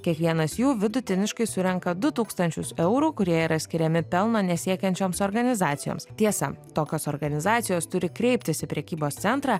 kiekvienas jų vidutiniškai surenka du tūkstančius eurų kurie yra skiriami pelno nesiekiančioms organizacijoms tiesa tokios organizacijos turi kreiptis į prekybos centrą